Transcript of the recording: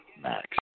Max